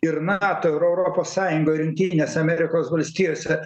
ir nato ir europos sąjungoj ir jungtinėse amerikos valstijose